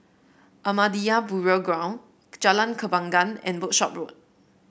Ahmadiyya Burial Ground Jalan Kembangan and Workshop Road